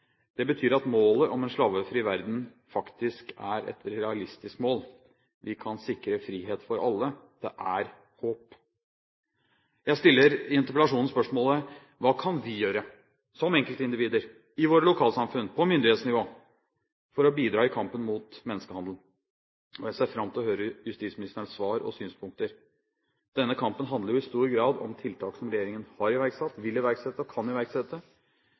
Det betyr at målet om en slavefri verden faktisk er et realistisk mål. Vi kan sikre frihet for alle. Det er håp. Jeg stiller i interpellasjonen spørsmålet: Hva kan vi gjøre som enkeltindivider, i våre lokalsamfunn og på myndighetsnivå, for å bidra i kampen mot menneskehandel? Jeg ser fram til å høre justisministerens svar og synspunkter. Denne kampen handler jo i stor grad om tiltak som regjeringen har iverksatt, vil iverksette og kan iverksette.